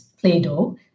Play-Doh